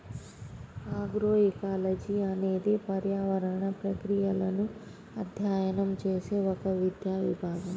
agroecology అనేది పర్యావరణ ప్రక్రియలను అధ్యయనం చేసే ఒక విద్యా విభాగం